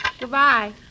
Goodbye